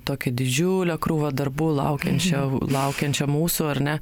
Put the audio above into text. tokią didžiulę krūvą darbų laukiančių laukiančią mūsų ar ne